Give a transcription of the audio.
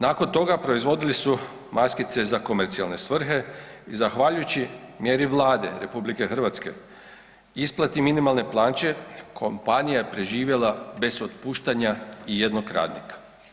Nakon toga proizvodili su maskice za komercijalne svrhe i zahvaljujući mjeri Vlade RH, isplati minimalne plaće, kompanija je preživjela bez otpuštanja ijednog radnika.